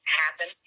happen